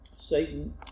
satan